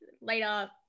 later